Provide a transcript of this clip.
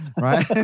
right